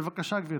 בבקשה, גברתי.